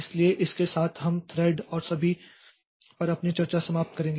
इसलिए इसके साथ हम थ्रेड और सभी पर अपनी चर्चा समाप्त करते हैं